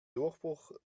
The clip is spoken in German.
durchbruch